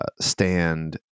stand